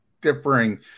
differing